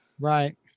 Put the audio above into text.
Right